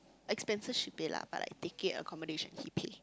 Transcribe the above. expenses she pay lah but like ticket accommodation he pay